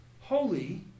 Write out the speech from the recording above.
holy